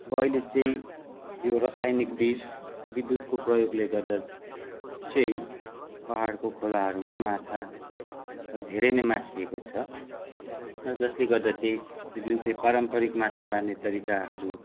अब अहिले चाहिँ यो रसायनिक विष विद्युत्को प्रयोगले गर्दा चाहिँ पहाडको खोलाहरूमा माछाहरू धेरै नै मासिएको छ जसले गर्दा चाहिँ यो जुन चै पारम्परिक माछा मार्ने तरीकाहरू